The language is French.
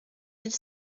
mille